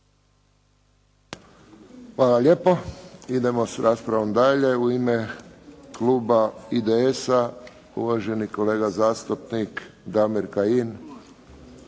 Hvala lijepo. Idemo s raspravom dalje. U ime kluba IDS-a uvaženi kolega zastupnik Damir Kajin.